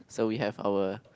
so we have our